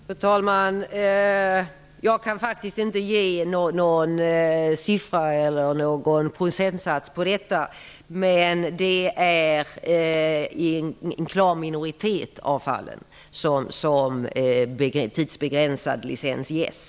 Fru talman! Jag kan faktiskt inte ange någon siffra eller någon procentsats, men det är i en klar minoritet av fallen som tidsbegränsad licens ges.